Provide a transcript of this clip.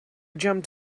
jumped